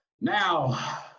Now